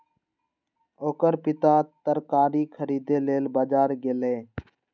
ओकर पिता तरकारी खरीदै लेल बाजार गेलैए